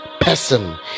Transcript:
person